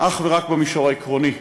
אך ורק במישור העקרוני.